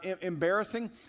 embarrassing